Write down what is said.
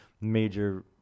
major